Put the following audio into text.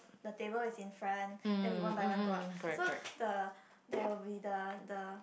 the table is in front then we one by one go up so the there will be the the